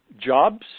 jobs